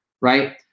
right